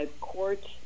courts